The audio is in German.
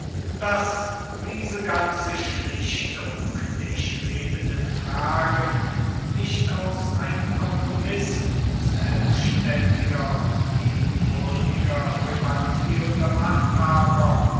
daß diese ganze schlichtung der schwebenden fragen nicht aus einem kompromiß selbständiger und ebenbürtig rivalisierender machthaber